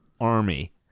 Army